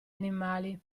animali